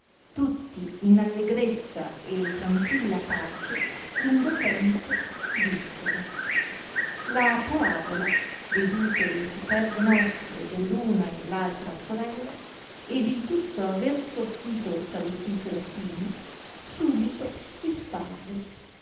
tutti in allegrezza e tranquilla pace lungo tempo vissero la poavola vedute le superbe nozze dell una e l altra sorella ed il tutto aver sortito salutifero fine subito disparve